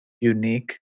unique